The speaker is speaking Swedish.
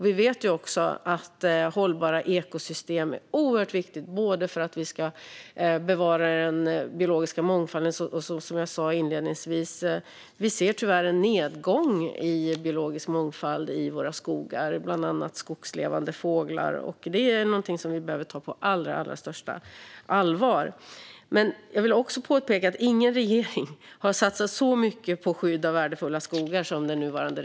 Vi vet att hållbara ekosystem är viktigt för att behålla den biologiska mångfalden, och som jag sa inledningsvis ser vi tyvärr en nedgång i biologisk mångfald i våra skogar, bland annat för skogslevande fåglar. Detta måste vi ta på allra största allvar. Låt mig påpeka att ingen regering har satsat så mycket på skydd av värdefulla skogar som den nuvarande.